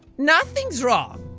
nothing's wrong